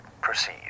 Proceed